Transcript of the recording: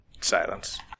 silence